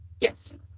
Yes